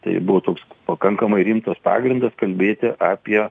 tai buvo toks pakankamai rimtas pagrindas kalbėti apie